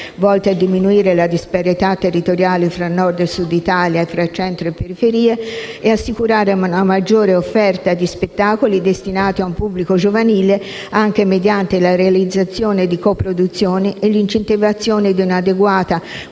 volte a diminuire la disparità territoriale fra Nord e Sud Italia e fra centro e periferie ed assicurare una maggiore offerta di spettacoli destinati ad un pubblico giovanile, anche mediante la realizzazione di coproduzioni e l'incentivazione di un'adeguata contribuzione